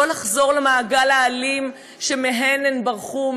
ולא לחזור למעגל האלים שממנו הן ברחו,